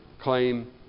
claim